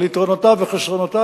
על יתרונותיו וחסרונותיו,